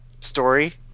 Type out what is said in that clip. story